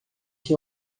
que